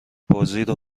بازیرو